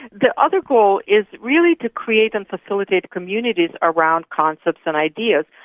the other goal is really to create and facilitate communities around concepts and ideas,